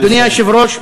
אדוני היושב-ראש,